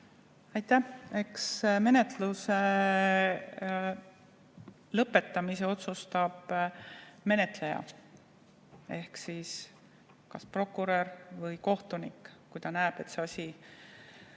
Aitäh! Eks menetluse lõpetamise otsustab menetleja ehk prokurör või kohtunik, kui ta näeb, et see asi